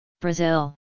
Brazil